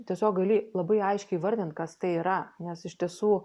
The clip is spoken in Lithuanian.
tiesiog gali labai aiškiai įvardint kas tai yra nes iš tiesų